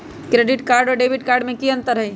Credit card और debit card में की अंतर हई?